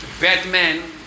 Batman